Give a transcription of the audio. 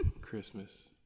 Christmas